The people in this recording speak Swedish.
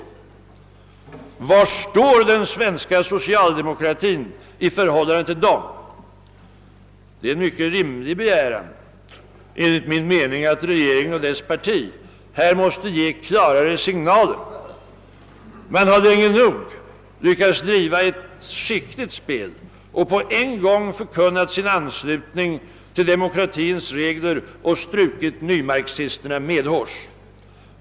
Var står den svenska socialdemokratin i förhållande till dem? Det är enligt min mening en mycket rimlig begäran att regeringen och dess parti här ger klarare signaler. Man har länge nog lyckats driva ett skickligt spel och på en gång förkunnat sin anslutning till demokratins regler och strukit nymarxisterna medhårs.